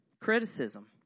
criticism